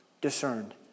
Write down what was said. discerned